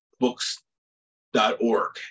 books.org